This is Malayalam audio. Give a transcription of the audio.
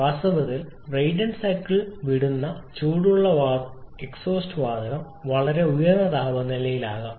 വാസ്തവത്തിൽ ബ്രൈറ്റൺ സൈക്കിൾ വിടുന്ന ചൂടുള്ള എക്സ്ഹോസ്റ്റ് വാതകം വളരെ ഉയർന്ന താപനിലയിൽ ആകാം